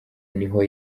niho